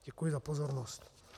Děkuji za pozornost.